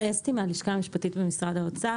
שמי אסתי פלדמן, אני מהלשכה המשפטית במשרד האוצר.